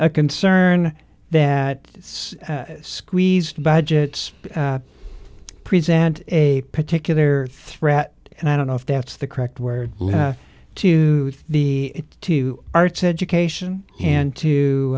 a concern that squeezed budgets present a particular threat and i don't know if that's the correct word to be to arts education and to